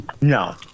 no